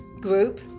group